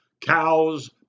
cows